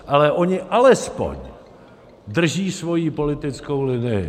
Ale oni alespoň drží svoji politickou linii.